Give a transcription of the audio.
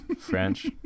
French